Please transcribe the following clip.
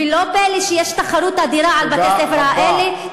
ולא פלא שיש תחרות אדירה על בתי-הספר האלה,